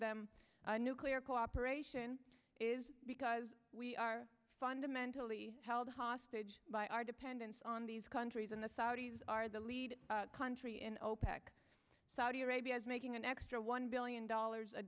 them nuclear cooperation is because we are fundamentally held hostage by our dependence on these countries and the saudis are the lead country in opec saudi arabia is making an extra one billion dollars a